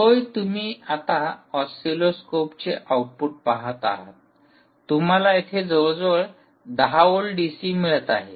होय तुम्ही आता ऑसिलोस्कोपचे आउटपुट पाहत आहात तुम्हाला येथे जवळजवळ 10 व्होल्ट डीसी मिळत आहे